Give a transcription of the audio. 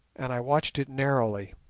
and i watched it narrowly.